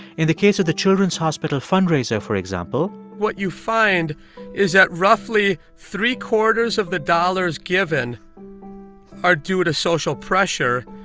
in the case of the children's hospital fundraiser, for example. what you find is that roughly three-quarters of the dollars given are due to social pressure,